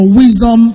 wisdom